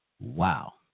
Wow